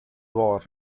war